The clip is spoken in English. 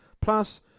Plus